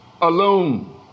alone